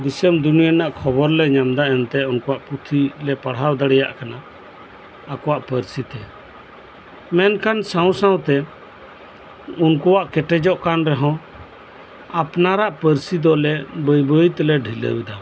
ᱫᱤᱥᱚᱢ ᱫᱩᱱᱤᱭᱟᱹ ᱨᱮᱱᱟᱜ ᱠᱷᱚᱵᱚᱨ ᱞᱮ ᱧᱟᱢ ᱮᱫᱟ ᱮᱱᱛᱮ ᱩᱱᱠᱩᱣᱟᱜ ᱯᱩᱸᱛᱷᱤ ᱞᱮ ᱯᱟᱲᱦᱟᱣ ᱫᱟᱲᱮᱭᱟᱜ ᱠᱟᱱᱟ ᱟᱠᱚᱣᱟᱜ ᱯᱟᱹᱨᱥᱤ ᱛᱮ ᱢᱮᱠᱷᱟᱱ ᱥᱟᱶ ᱥᱟᱶᱛᱮ ᱩᱝᱠᱩᱣᱟᱜ ᱠᱮᱴᱮᱡᱚᱜ ᱠᱟᱱ ᱨᱮᱦᱚᱸ ᱟᱯᱱᱟᱨᱟᱜ ᱯᱟᱹᱨᱥᱤ ᱫᱚ ᱞᱮ ᱵᱟᱹᱭ ᱵᱟᱹᱭ ᱛᱮᱞᱮ ᱰᱷᱤᱞᱟᱹᱣ ᱮᱫᱟ